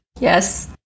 Yes